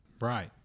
Right